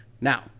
Now